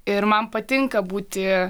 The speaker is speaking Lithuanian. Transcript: ir man patinka būti